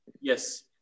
Yes